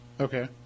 Okay